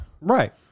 Right